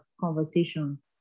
conversation